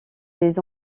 des